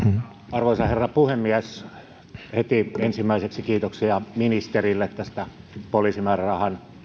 arvoisa herra puhemies heti ensimmäiseksi kiitoksia ministerille tästä poliisimäärärahan